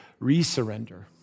resurrender